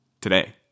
today